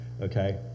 Okay